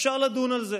אפשר לדון על זה,